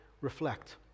reflect